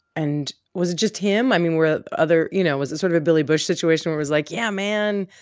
and was it just him i mean, were other you know, was it sort of a billy bush situation where it was like. yeah, man.